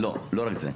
לא רק זה.